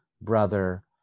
brother